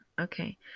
okay